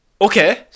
Okay